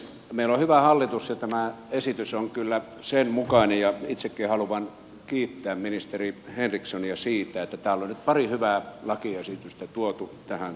meillä on hyvä hallitus ja tämä esitys on kyllä sen mukainen ja itsekin haluan kiittää ministeri henrikssonia siitä että nyt on pari hyvää lakiesitystä tuotu tähän saliin